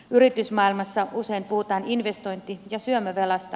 yritysmaailmassa usein puhutaan investointi ja syömävelasta